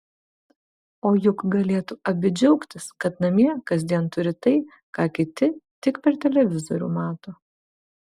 o juk galėtų abi džiaugtis kad namie kasdien turi tai ką kiti tik per televizorių mato